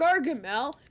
Gargamel